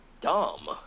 dumb